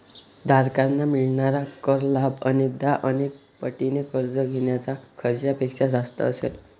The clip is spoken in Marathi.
धारकांना मिळणारा कर लाभ अनेकदा अनेक पटीने कर्ज घेण्याच्या खर्चापेक्षा जास्त असेल